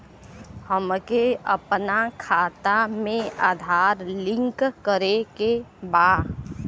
हमके अपना खाता में आधार लिंक करें के बा?